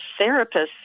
therapists